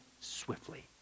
swiftly